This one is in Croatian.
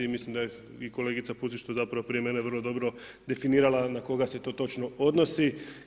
I mislim da je i kolegica Pusić to zapravo prije mene vrlo dobro definirala na koga se to točno odnosi.